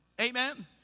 Amen